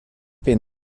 been